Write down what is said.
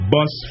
Bus